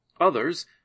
Others